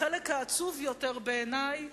החלק העצוב יותר בעיני,